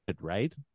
right